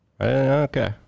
okay